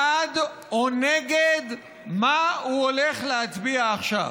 בעד או נגד, מה הוא הולך להצביע עכשיו.